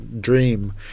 Dream